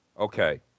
Okay